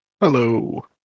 Hello